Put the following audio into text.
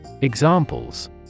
Examples